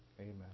Amen